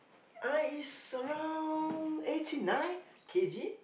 I is around eighteen right k_g